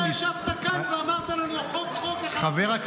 אתה ישבת כאן ואמרת לנו: החוק חוק --- אתה תצביע נגד זה?